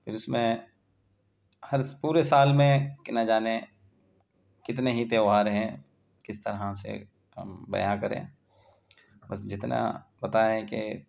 پھر اس میں ہر پورے سال میں کہ نہ جانے کتنے ہی تیوہار ہیں کس طرح سے ہم بیاں کریں بس جتنا ہوتا ہے کہ